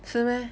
是 meh